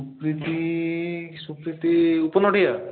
Supriti Supriti উপনডীয়া